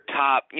top